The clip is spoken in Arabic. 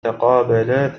تقابلا